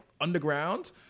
underground